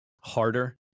harder